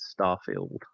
Starfield